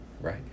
right